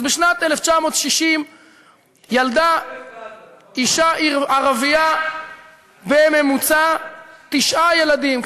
אז בשנת 1960 ילדה אישה ערבייה בממוצע תשעה ילדים,